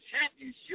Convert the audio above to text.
championship